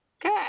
Good